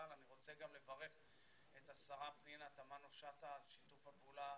ואני רוצה גם לברך את השרה פנינה תמנו שאטה על שיתוף הפעולה